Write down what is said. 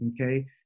okay